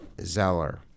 Zeller